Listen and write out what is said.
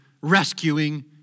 rescuing